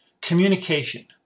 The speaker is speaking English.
Communication